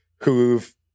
who've